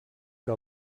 que